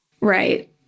right